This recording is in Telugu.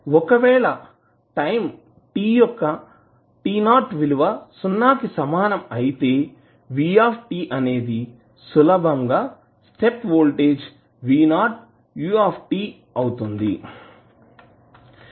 ఒకవేళ టైం t యొక్క t 0 విలువ సున్నా కి సమానం అయితే v అనేది సులభంగా స్టెప్ వోల్టేజ్ V 0u అవుతుంది